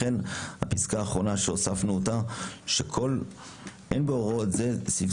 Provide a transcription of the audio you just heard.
לכן הפסקה האחרונה שהוספנו אומרת שאין בסעיף